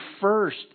first